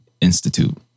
Institute